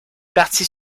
partie